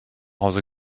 hause